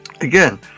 again